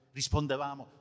rispondevamo